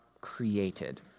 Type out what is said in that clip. created